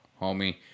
homie